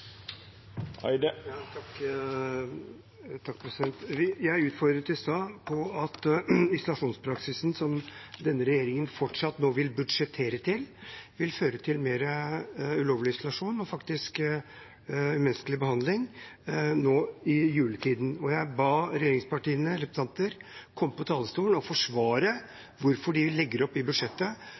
Eide har hatt ordet to gonger tidlegare og får ordet til ein kort merknad, avgrensa til 1 minutt. Jeg utfordret i stad på at isolasjonspraksisen som denne regjeringen fortsatt vil budsjettere for, vil føre til mer ulovlig isolasjon og umenneskelig behandling nå i juletiden. Jeg ba regjeringspartienes representanter komme på talerstolen og forsvare hvorfor de i budsjettet legger opp